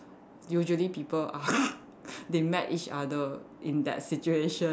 usually people are they met each other in that situation